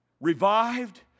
revived